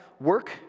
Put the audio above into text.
work